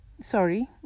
Sorry